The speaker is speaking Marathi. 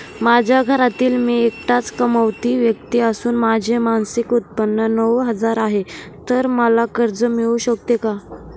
माझ्या घरातील मी एकटाच कमावती व्यक्ती असून माझे मासिक उत्त्पन्न नऊ हजार आहे, तर मला कर्ज मिळू शकते का?